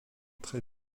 très